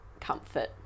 comfort